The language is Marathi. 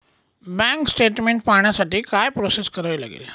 बँक स्टेटमेन्ट पाहण्यासाठी काय प्रोसेस करावी लागेल?